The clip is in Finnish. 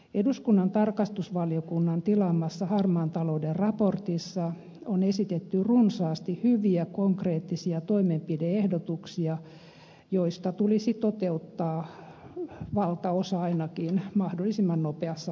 eduskunnan tarkastusvaliokunnan tilaamassa harmaan talouden raportissa on esitetty runsaasti hyviä konkreettisia toimenpide ehdotuksia joista tulisi toteuttaa ainakin valtaosa mahdollisimman nopeassa aikataulussa